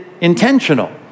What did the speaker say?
intentional